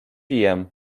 jem